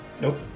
Nope